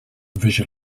visual